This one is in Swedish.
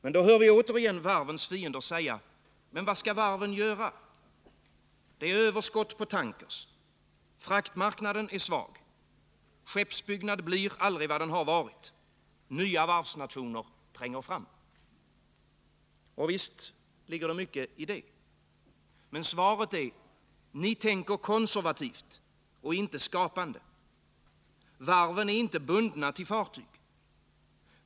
Men då hör vi återigen varvens fiender säga: Men vad skall varven göra? Det är överskott på tankers. Fraktmarknaden är svag. Skeppsbyggnad blir aldrig vad den har varit. Nya varvsnationer tränger fram. Och visst ligger det mycket i det. Men svaret är: ni tänker konservativt och inte skapande. Varven är inte bundna till fartyg.